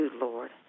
Lord